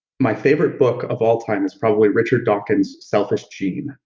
my favorite book of all time is probably richard dawkins' selfish gene,